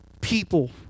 people